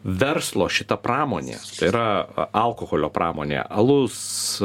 verslo šita pramonė yra alkoholio pramonė alus